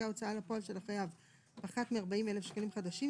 ההוצאה לפועל של החייב פחת מ־40,000 שקלים חדשים,